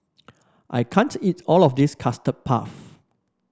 I can't eat all of this Custard Puff